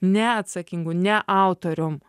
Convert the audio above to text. neatsakingu ne autorium